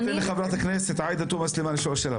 אני אתן לחברת הכנסת עאידה תומא סלימאן לשאול שאלה.